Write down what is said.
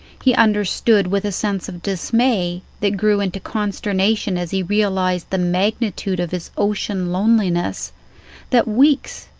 he understood, with a sense of dismay that grew into consternation as he realized the magnitude of his ocean loneliness that weeks,